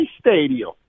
Stadium